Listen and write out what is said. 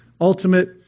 ultimate